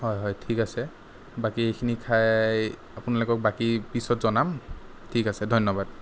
হয় হয় ঠিক আছে বাকীখিনি খাই আপোনালোকক বাকী পিছত জনাম ঠিক আছে ধন্য়বাদ